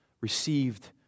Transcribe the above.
received